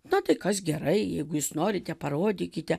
na tai kas gerai jeigu jūs norite parodykite